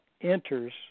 enters